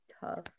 tough